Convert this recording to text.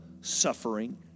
suffering